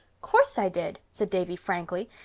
course i did, said davy frankly.